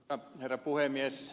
arvoisa herra puhemies